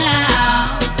now